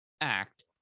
act